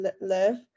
live